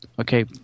Okay